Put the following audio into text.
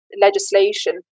legislation